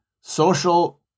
social